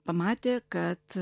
pamatė kad